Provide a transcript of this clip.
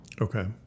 Okay